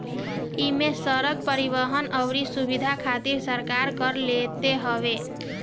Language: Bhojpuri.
इमे सड़क, परिवहन अउरी सुविधा खातिर सरकार कर लेत हवे